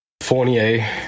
Fournier